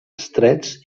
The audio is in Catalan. estrets